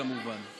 כמובן.